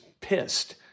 pissed